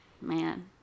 Man